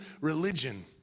religion